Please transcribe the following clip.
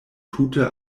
tute